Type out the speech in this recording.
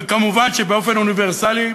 ומובן שבאופן אוניברסלי,